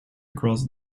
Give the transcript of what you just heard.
across